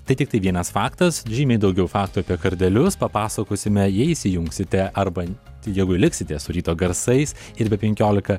tai tiktai vienas faktas žymiai daugiau faktų apie kardelius papasakosime jei įsijungsite arba jeigu liksite su ryto garsais ir be penkiolika